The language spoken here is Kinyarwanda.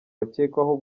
bakekwaho